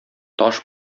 таш